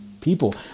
people